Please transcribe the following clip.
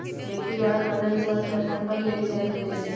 व्यक्ति द्वारा करजा विश्वास के अधार पर लेल चाहे देल जाइ छइ